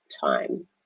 time